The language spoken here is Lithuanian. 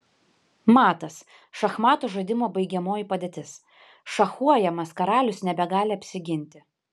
matas šachmatų žaidimo baigiamoji padėtis šachuojamas karalius nebegali apsiginti